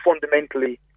fundamentally